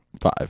Five